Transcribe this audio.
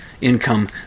income